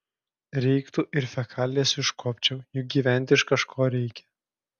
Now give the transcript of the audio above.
reiktų ir fekalijas iškuopčiau juk gyventi iš kažko reikia